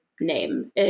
name